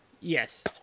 Yes